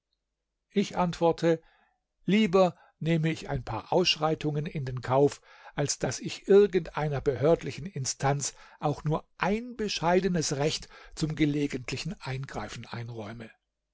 ich antworte lieber nehme ich ein paar ausschreitungen in den kauf als daß ich irgendeiner behördlichen instanz auch nur ein bescheidenes recht zum gelegentlichen eingreifen einräume